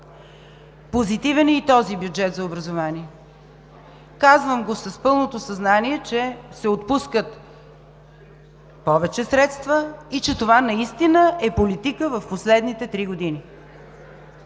Позитивен е и този бюджет за образованието. Казвам го с пълното съзнание, че се отпускат повече средства и че в последните три години